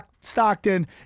Stockton